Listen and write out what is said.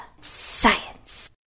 science